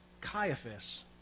Caiaphas